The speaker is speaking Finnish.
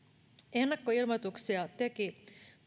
ennakkoilmoituksia teki